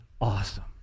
awesome